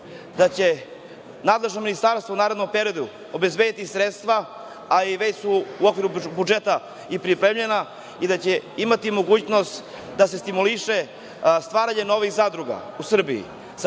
da će nadležno Ministarstvo u narednom periodu obezbediti sredstva, a i već su u okviru budžeta pripremljena, i da će imati mogućnost da se stimuliše stvaranje novih zadruga u Srbiji